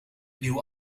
nieuwe